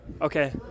Okay